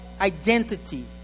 identity